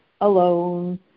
alone